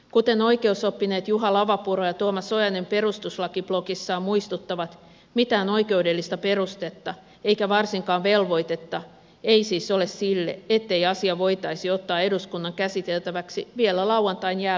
kuten oikeusoppineet juha lavapuro ja tuomas ojanen perustuslakiblogissaan muistuttavat ei mitään oikeudellista perustetta eikä varsinkaan velvoitetta siis ole sille ettei asiaa voitaisi ottaa eduskunnan käsiteltäväksi vielä lauantain jälkeenkin